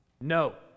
No